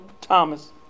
Thomas